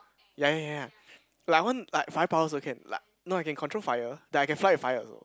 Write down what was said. ya ya ya ya like I want like fire power also can like no I can control fire that I can fly a fire also